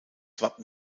wappen